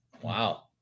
Wow